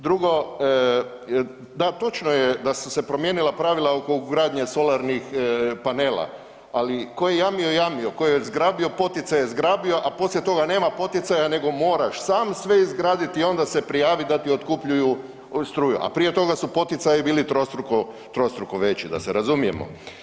Drugo, da točno je da su se promijenila pravila oko ugradnje solarnih panela, ali ko je jamio, jamio, ko je zgrabio poticaj je zgrabio, a poslije toga nema poticaja nego moraš sam sve izgraditi i onda se prijaviti da ti otkupljuju struju, a prije toga su poticaji bili trostruko veći da se razumijemo.